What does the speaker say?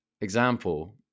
Example